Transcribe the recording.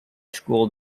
school